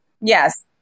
yes